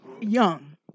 Young